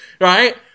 Right